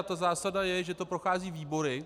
Ta zásada je, že to prochází výbory.